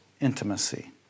intimacy